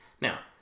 Now